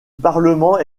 parlement